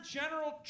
general